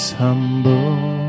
humble